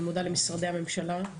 אני מודה למשרדי הממשלה.